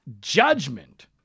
judgment